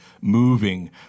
moving